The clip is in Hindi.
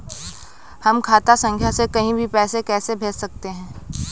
हम खाता संख्या से कहीं भी पैसे कैसे भेज सकते हैं?